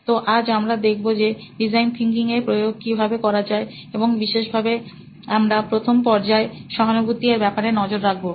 তো আজ আমরা দেখবো যে ডিজাইন থিঙ্কিং এর প্রয়োগ কি ভাবে করা যায় এবং বিশেষ ভাবে আমরা প্রথম পর্যায় সহানুভূতি এর ব্যপারে নজর রাখবো